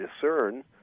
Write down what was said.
discern